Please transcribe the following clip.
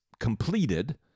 completed